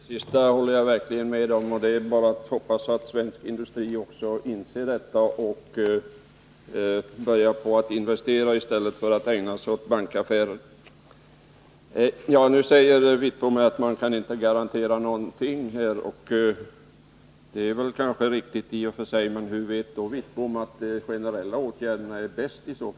Herr talman! Det sista håller jag verkligen med om. Det är bara att hoppas att svensk industri också inser detta och börjar att investera i stället för att ägna sig åt bankaffärer. Nu säger Bengt Wittbom att man inte kan garantera någonting. Det är väl kanske riktigt i och för sig. Men hur vet Bengt Wittbom i så fall att de generella åtgärderna är de bästa?